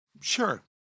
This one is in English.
Sure